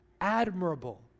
admirable